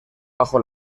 bajo